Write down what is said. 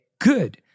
good